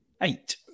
eight